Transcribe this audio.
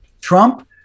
Trump